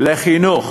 לחינוך,